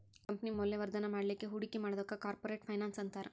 company ಮೌಲ್ಯವರ್ಧನ ಮಾಡ್ಲಿಕ್ಕೆ ಹೂಡಿಕಿ ಮಾಡೊದಕ್ಕ ಕಾರ್ಪೊರೆಟ್ ಫೈನಾನ್ಸ್ ಅಂತಾರ